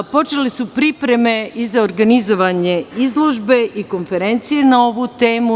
Počele su pripreme i za organizovanje izložbe i konferencije na ovu temu.